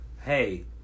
hey